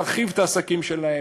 להרחיב את העסקים שלהם,